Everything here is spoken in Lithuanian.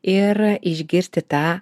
ir išgirsti tą